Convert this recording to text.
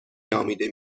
نامیده